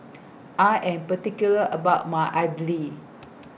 I Am particular about My Idly